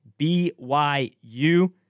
BYU